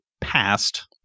past